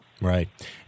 Right